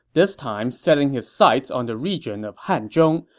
this time setting his sights on the region of hanzhong,